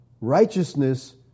righteousness